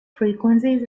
frequency